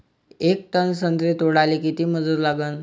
येक टन संत्रे तोडाले किती मजूर लागन?